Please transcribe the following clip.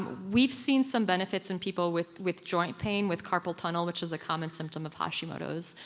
we've seen some benefits in people with with joint pain, with carpal tunnel, which is a common symptom of hashimoto's.